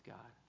God